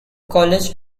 college